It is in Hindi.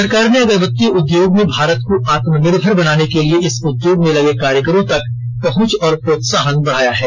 सरकार ने अगरबत्ती उद्योग में भारत को आत्म निर्भर बनाने के लिए इस उद्योग में लगे कारीगरों तक पहुंच और प्रोत्सोहन बढ़ाया है